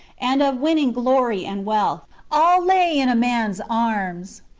and of winning glory and wealth, all lay in a man's arms.